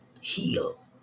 heal